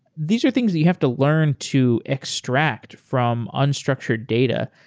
these are things that you have to learn to extract from unstructured data.